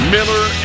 Miller